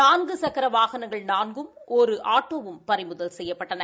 நான்கு சக்கர வாகனங்கள் நான்கும் ஒரு ஆட்டோவும் பறிமுதல் செய்யப்பட்டன